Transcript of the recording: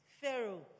Pharaoh